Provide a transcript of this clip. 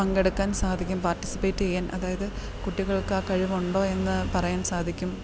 പങ്കെടുക്കാൻ സാധിക്കും പാർട്ടിസിപ്പേറ്റ് ചെയ്യാൻ അതായത് കുട്ടികൾക്ക് ആ കഴിവുണ്ടോ എന്ന് പറയാൻ സാധിക്കും